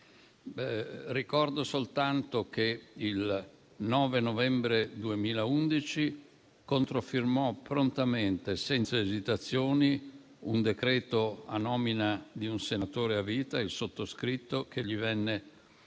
Ricordo soltanto che il 9 novembre 2011 controfirmò prontamente, senza esitazioni, un decreto di nomina di un senatore a vita - il sottoscritto - che gli venne